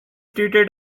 treated